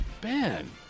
Ben